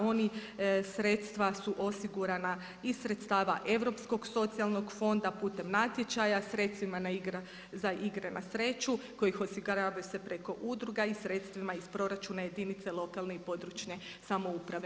Oni sredstva su osigurana iz sredstava iz Europskog socijalnog fonda putem natječaja, sredstvima za igre na sreću kojih osiguravaju se preko udruga i sredstvima iz proračuna jedinice lokalne i područne samouprave.